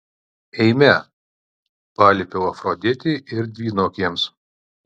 eime paliepiau afroditei ir dvynukėms